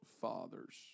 father's